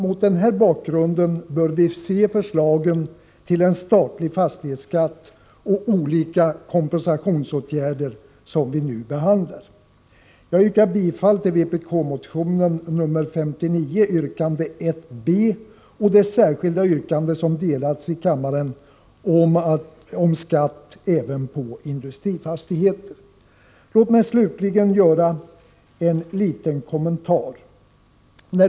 Mot den bakgrunden bör vi se förslagen till statlig fastighetsskatt och olika kompensationsåtgärder, som vi nu behandlar. Jag yrkar bifall till vpk-motion 59 yrkande 1 b och det särskilda yrkande om skatt även på industrifastigheter som Tommy Franzén har framställt och som delats ut i kammaren. Låt mig slutligen göra en liten kommentar.